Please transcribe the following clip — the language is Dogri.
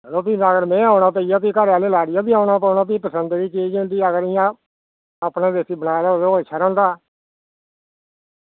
यरो फ्ही अगर में आना पेई गेआ फ्ही घरा आह्ले लाड़ियै बी औना पौना ते भी पसंद दी चीज होंदी अगर इ'यां अपने दिक्खे बनाए दा होंदा ओह् अच्छा रौंह्दा